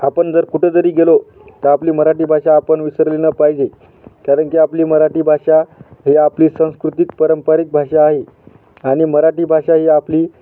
आपण जर कुठंतरी गेलो तर आपली मराठी भाषा आपण विसरलेली न पाहिजे कारण की आपली मराठी भाषा ही आपली सांस्कृतिक पारंपरिक भाषा आहे आणि मराठी भाषा ही आपली